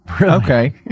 okay